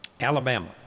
Alabama